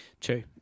True